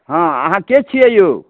हँ अहाँ के छियै यौ